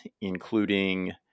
including